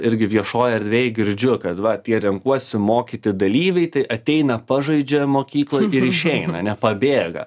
irgi viešoj erdvėj girdžiu kad va apie renkuosi mokyti dalyviai tai ateina pažaidžia mokykloj ir išeina ane pabėga